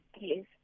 Yes